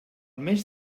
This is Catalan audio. mes